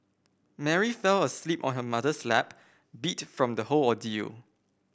Mary fell asleep on her mother's lap beat from the whole ordeal